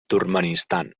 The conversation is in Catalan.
turkmenistan